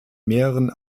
mehreren